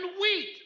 wheat